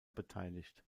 beteiligt